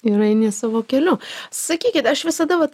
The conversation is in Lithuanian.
ir eini savo keliu sakykit aš visada vat